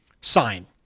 sign